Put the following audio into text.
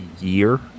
year